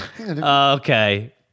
Okay